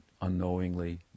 unknowingly